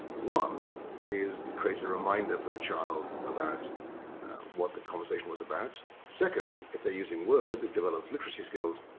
one is to ah create a reminder for the child about what the conversation was about. second, if they're using words that develop literary skills.